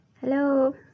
hello